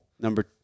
Number